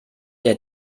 der